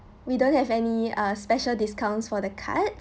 we don't have any uh special discounts for the cards